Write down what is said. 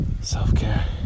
self-care